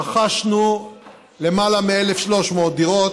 רכשנו למעלה מ-1,300 דירות,